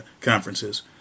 conferences